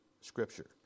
Scripture